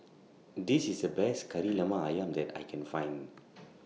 This IS The Best Kari Lemak Ayam that I Can Find